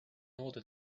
order